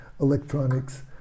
electronics